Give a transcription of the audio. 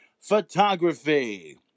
photography